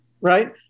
Right